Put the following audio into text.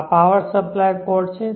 આ power supply cord છે